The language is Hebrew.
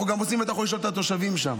אנחנו גם עושים, ואתה יכול לשאול את התושבים שם.